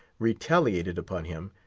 retaliated upon him,